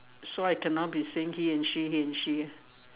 so I cannot be saying he and she he and she ah